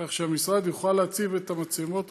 כך שהמשרד יוכל להציב את המצלמות,